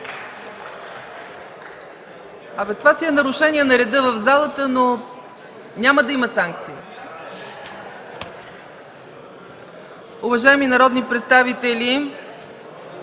Това си е нарушение на реда в залата, но няма да има санкции. Уважаеми народни представители,